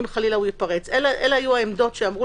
אם חלילה ייפרץ אלה היו העמדות שאמרו